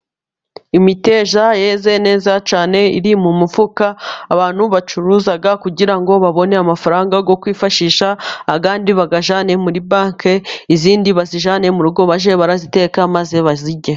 Imiteja yeze neza cyane iri mu mufuka. Abantu bacuruza kugira ngo babone amafaranga yo kwifashisha, ayandi bayajyane muri banki, izindi bazijyane mu rugo bajye baraziteka maze bazirye.